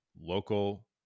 local